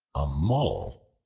a mole,